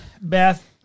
Beth